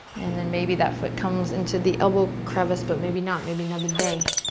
and then maybe that foot comes into the elbow crevice, but maybe not, maybe another day,